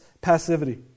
passivity